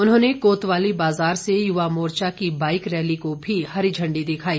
उन्होंने कोतवाली बाजार से युवा मोर्चा की बाईक रैली को भी हरी झंडी दिखाई